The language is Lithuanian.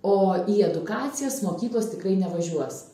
o į edukacijas mokyklos tikrai nevažiuos